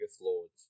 Lords